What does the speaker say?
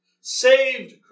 Saved